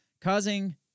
causing